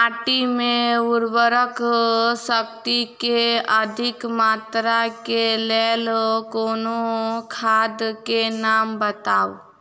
माटि मे उर्वरक शक्ति केँ अधिक मात्रा केँ लेल कोनो खाद केँ नाम बताऊ?